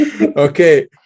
okay